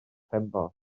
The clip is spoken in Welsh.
crempog